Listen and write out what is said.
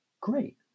Great